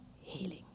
healing